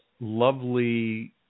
lovely